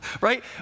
Right